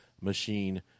machine